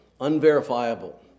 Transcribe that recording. unverifiable